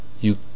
You